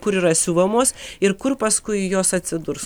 kur yra siuvamos ir kur paskui jos atsidurs